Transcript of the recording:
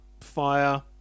fire